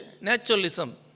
naturalism